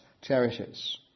cherishes